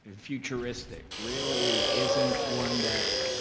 futuristic, really isn't one that